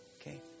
Okay